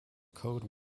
code